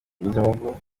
bizimungu